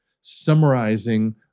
summarizing